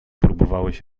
próbowałeś